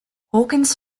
hawkins